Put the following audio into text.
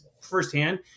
firsthand